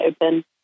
open